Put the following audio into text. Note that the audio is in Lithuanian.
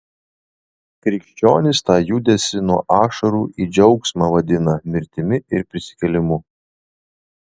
krikščionys tą judesį nuo ašarų į džiaugsmą vadina mirtimi ir prisikėlimu